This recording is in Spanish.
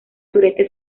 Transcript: sureste